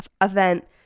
event